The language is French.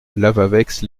lavaveix